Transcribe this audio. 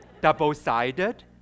double-sided